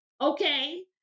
okay